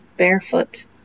barefoot